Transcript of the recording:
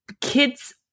Kids